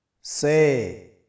Say